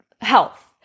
health